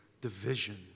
division